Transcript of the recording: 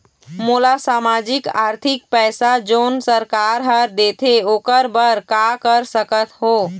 मोला सामाजिक आरथिक पैसा जोन सरकार हर देथे ओकर बर का कर सकत हो?